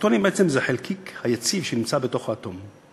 פרוטונים הם בעצם החלקיק היציב שנמצא בתוך האטום.